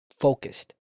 focused